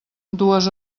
dues